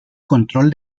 control